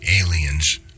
aliens